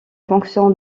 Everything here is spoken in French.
fonction